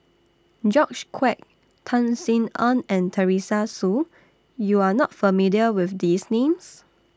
George Quek Tan Sin Aun and Teresa Hsu YOU Are not familiar with These Names